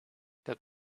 that